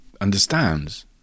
understands